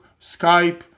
Skype